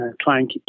trying